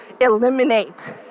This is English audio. eliminate